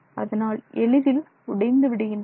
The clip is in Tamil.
அதனால் எளிதில் உடைந்து விடுகின்றன